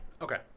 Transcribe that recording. Okay